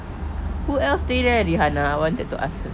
who else stay there rihanna I wanted to ask her